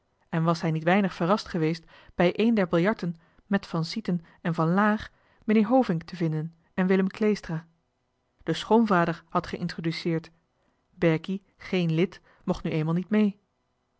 en was hij niet weinig verrast geweest bij een der biljarten met van sieten en van laer meneer hovink te vinden en willem kleestra de schoonvader had geïntroduceerd berkie geen lid mocht nu eenmaal niet mee